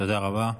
תודה רבה.